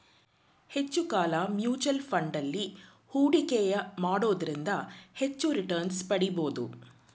ಹೆಚ್ಚು ಕಾಲ mutual fund ಅಲ್ಲಿ ಹೂಡಿಕೆಯ ಮಾಡೋದ್ರಿಂದ ಹೆಚ್ಚು ರಿಟನ್ಸ್ ಪಡಿಬೋದು